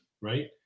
Right